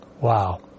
Wow